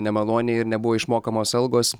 nemaloniai ir nebuvo išmokamos algos